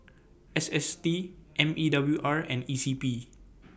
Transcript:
S S T M E W R and E C P